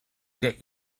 get